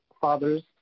fathers